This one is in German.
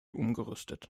umgerüstet